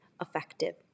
effective